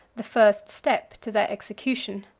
the first step to their execution.